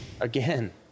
Again